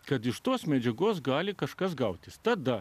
kad iš tos medžiagos gali kažkas gautis tada